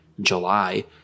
July